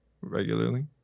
regularly